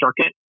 circuit